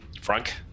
Frank